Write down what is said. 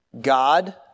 God